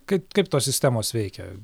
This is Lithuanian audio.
kaip kaip tos sistemos veikia